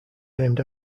named